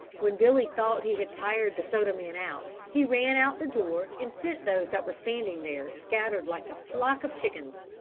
when billy thought he had tired the soda man out he ran out the door and sent those that were standing there scattering like a flock of chickens.